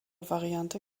variante